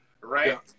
right